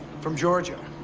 from georgia.